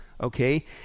okay